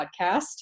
podcast